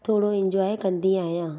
थोरो इंजॉय कंदी आहियां